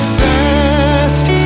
fast